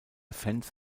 fans